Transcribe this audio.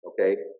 okay